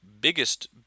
biggest